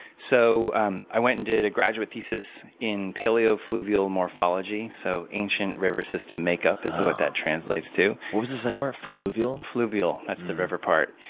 so um i went and did a graduate thesis in paleo fluvial morphology, so ancient river system makeup is what that translates to. what was the second word? fluvial? fluvial. that's the river part.